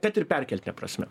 kad ir perkeltine prasme